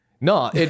No